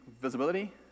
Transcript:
visibility